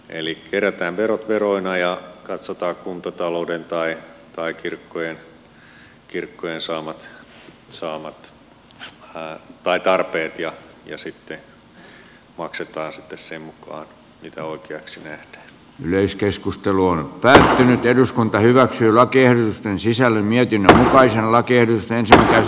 eli kerätään verot veroina ja katsotaan kuntatalouden ja kirkkojen tarpeet ja maksetaan sitten sen mukaan mitä ovat keksineet yleiskeskusteluun pääsee nyt eduskunta hyväksyi lakien sisällön ja kim toisella oikeaksi nähdään